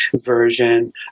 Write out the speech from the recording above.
version